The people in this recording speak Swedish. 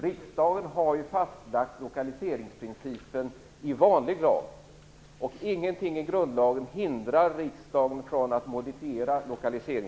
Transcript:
Riksdagen har lagt fast lokaliseringsprincipen i vanlig lag, och ingenting i grundlagen hindrar riksdagen från att modifiera den.